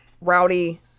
rowdy